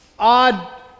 odd